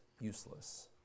useless